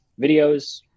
videos